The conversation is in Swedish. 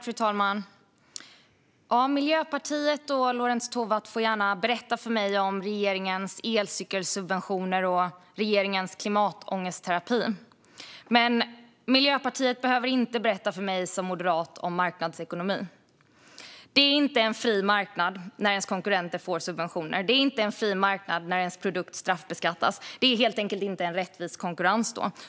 Fru talman! Miljöpartiet och Lorentz Tovatt får gärna berätta för mig om regeringens elcykelsubventioner och regeringens klimatångestterapi. Men Miljöpartiet behöver inte berätta för mig som moderat om marknadsekonomi. Det är inte en fri marknad när ens konkurrenter får subventioner. Det är inte en fri marknad när ens produkt straffbeskattas. Det är helt enkelt inte rättvis konkurrens då.